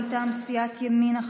מטעם סיעת ימינה,